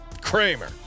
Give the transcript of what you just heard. Kramer